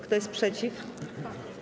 Kto jest przeciw?